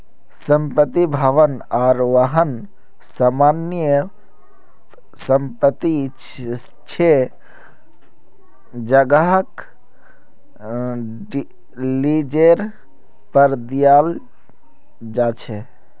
संपत्ति, भवन आर वाहन सामान्य संपत्ति छे जहाक लीजेर पर दियाल जा छे